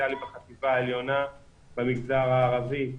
דיפרנציאלי בחטיבה העליונה במגזר הערבי,